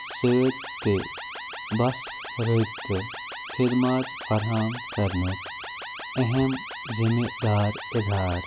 سۭتۍ تہِ بس رٲبطہٕ خٕدمات فراہم کرنُک اہم ذمہٕ دار اِدارٕ